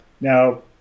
Now